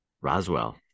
Roswell